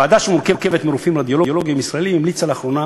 ועדה שמורכבת מרופאים רדיולוגים ישראלים המליצה לאחרונה